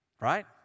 Right